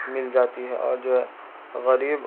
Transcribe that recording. مل جاتی ہے اور جو ہے غریب